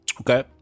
Okay